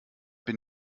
bin